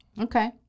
Okay